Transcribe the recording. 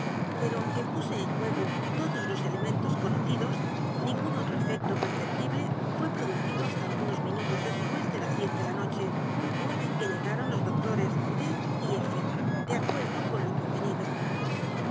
pero aunque puse en juego todos los elementos conocidos ningún otro efecto perceptible fué producido hasta algunos minutos después de la diez d é l a noche hora en que llegaron los d r e s d y f de acuerdo con lo convenido